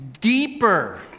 deeper